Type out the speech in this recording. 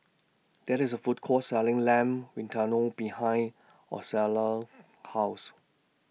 There IS A Food Court Selling Lamb Vindaloo behind Ozella's House